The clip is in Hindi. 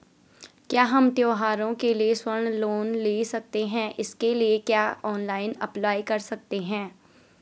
क्या हम त्यौहारों के लिए स्वर्ण लोन ले सकते हैं इसके लिए क्या ऑनलाइन अप्लाई कर सकते हैं?